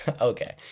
Okay